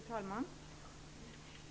Fru talman!